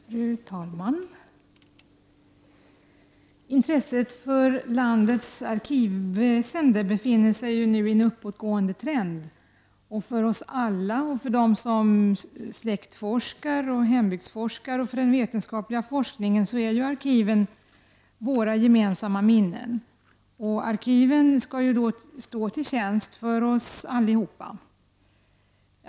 Fru talman! Intresset för landets arkivväsende befinner sig nu i en uppåtgående trend. För oss alla, för dem som släktforskar och hembygdsforskar samt för den vetenskapliga forskningen, innehåller arkiven våra gemensamma minnen. Arkiven skall stå till tjänst för oss alla.